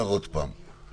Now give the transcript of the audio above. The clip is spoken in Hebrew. אבל אני אומר עוד פעם: